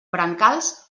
brancals